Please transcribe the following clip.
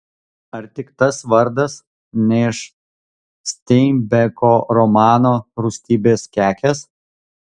ar tik tas vardas ne iš steinbeko romano rūstybės kekės